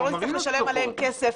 שלא נצטרך לשלם עליהם כסף.